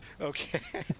okay